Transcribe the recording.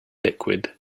liquid